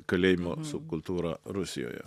kalėjimo subkultūra rusijoje